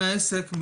חלק מהעסק,